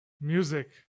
Music